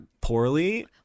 poorly